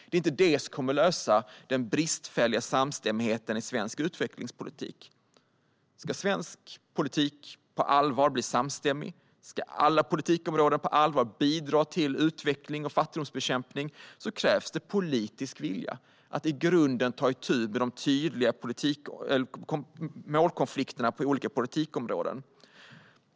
Det är inte det som kommer att lösa den bristfälliga samstämmigheten i svensk utvecklingspolitik. Om svensk politik på allvar ska bli samstämmig, och om alla politikområden på allvar ska bidra till utveckling och fattigdomsbekämpning krävs det politisk vilja att i grunden ta itu med de tydliga målkonflikterna på olika politikområden.